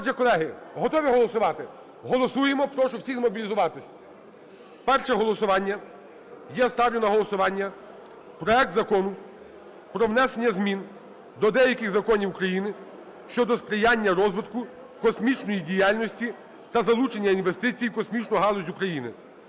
Отже, колеги, готові голосувати? Голосуємо, прошу всіх змобілізуватись. Перше голосування. Я ставлю на голосування проект Закону про внесення змін до деяких законів України щодо сприяння розвитку космічної діяльності та залучення інвестицій в космічну галузь України